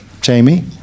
Jamie